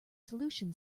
solution